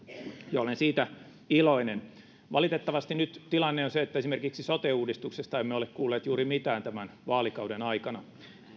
ja olen siitä iloinen valitettavasti nyt tilanne on se että esimerkiksi sote uudistuksesta emme ole kuulleet juuri mitään tämän vaalikauden aikana